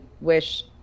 wish